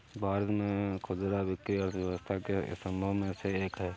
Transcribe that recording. भारत में खुदरा बिक्री अर्थव्यवस्था के स्तंभों में से एक है